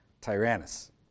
Tyrannus